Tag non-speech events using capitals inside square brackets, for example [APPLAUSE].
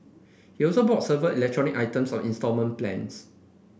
he also bought serve [UNINTELLIGIBLE] items on instalment plans